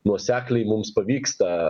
nuosekliai mums pavyksta